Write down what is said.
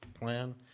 plan